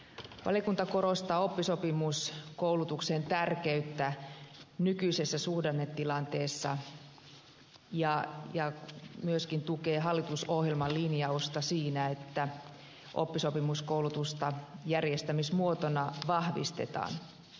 valiokunta korostaa oppisopimuskoulutuksen tärkeyttä nykyisessä suhdannetilanteessa ja myöskin tukee hallitusohjelman linjausta siinä että oppisopimuskoulutusta järjestämismuotona vahvistetaan